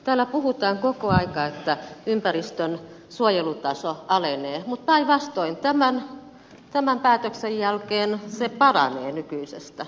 täällä puhutaan koko aika että ympäristönsuojelun taso alenee mutta päinvastoin tämän päätöksen jälkeen se paranee nykyisestä